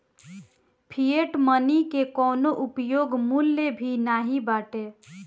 fiat money के कवनो उपयोग मूल्य भी नाइ बाटे